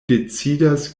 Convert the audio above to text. decidas